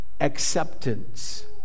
acceptance